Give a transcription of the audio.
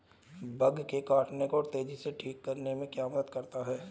Bug के काटने को तेजी से ठीक करने में क्या मदद करता है?